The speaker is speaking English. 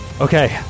Okay